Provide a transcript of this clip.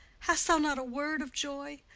hast thou not a word of joy?